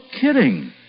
kidding